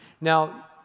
Now